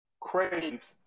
Craves